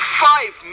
five